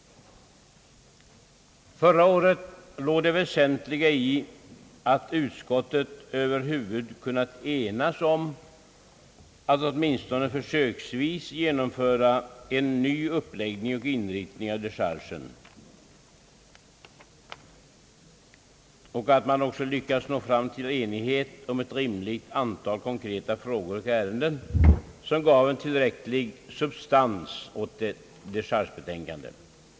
Förra året låg det väsentliga i att utskottet över huvud kunnat enas om att åtminstone försöksvis genomföra en ny uppläggning och inriktning av dechargen och att man även lyckats nå fram till enighet om ett rimligt antal konkreta frågor och ärenden, som gav en tillräcklig substans åt dechargebetänkandet.